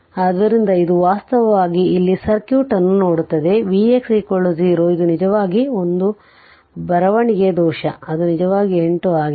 ಆದ್ದರಿಂದ ಇದು ವಾಸ್ತವವಾಗಿ ಇಲ್ಲಿ ಸರ್ಕ್ಯೂಟ್ ಅನ್ನು ನೋಡುತ್ತದೆ Vx 0 ಇದು ನಿಜವಾಗಿ 1 ಒಂದು ಬರವಣಿಗೆಯ ದೋಷ ಅದು ನಿಜವಾಗಿ 8 ಆಗಿದೆ